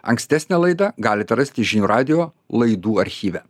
ankstesnę laidą galite rasti žinių radijo laidų archyve